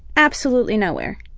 absolutely nowhere.